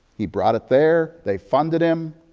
he brought it there. they funded him.